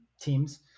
teams